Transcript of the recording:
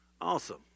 Awesome